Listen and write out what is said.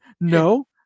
no